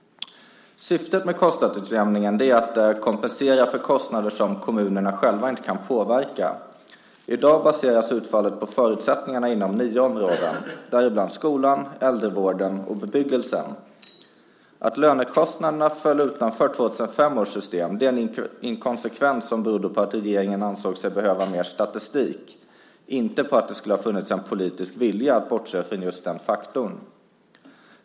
Syftet med kostnadsutjämningen är att kompensera för kostnader som kommunerna själva inte kan påverka. I dag baseras utfallet på förutsättningarna inom nya områden, däribland skolan, äldrevården och bebyggelsen. Att lönekostnaderna föll utanför 2005 års system är en inkonsekvens som berodde på att regeringen ansåg sig behöva mer statistik, inte på att det skulle ha funnits en politisk vilja att bortse från just den faktorn.